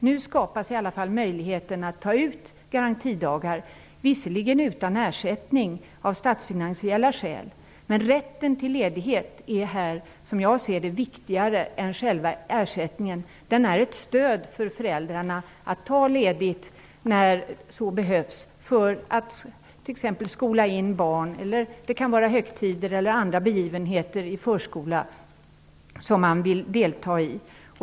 Nu skapas i alla fall möjligheten att ta ut garantidagar, visserligen utan ersättning av statsfinansiella skäl, men rätten till ledighet är - som jag ser det - viktigare än själva ersättningen. Denna rätt är ett stöd för föräldrarna att kunna ta ledigt när så behövs för att t.ex. skola in barn och vid högtider eller andra begivenheter i förskolan som man vill delta i.